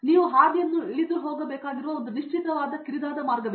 ನೀವು ಹಾದಿಯನ್ನು ಇಳಿದು ಹೋಗಬೇಕಾಗಿರುವ ಒಂದು ನಿಶ್ಚಿತ ಕಿರಿದಾದ ಮಾರ್ಗವಿದೆ